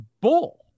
bull